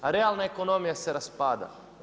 A realna ekonomija se raspada.